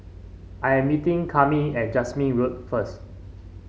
I am meeting Cami at Jasmine Road first